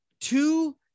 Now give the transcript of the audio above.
Two